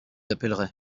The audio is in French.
appellerai